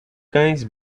cães